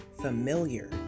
familiar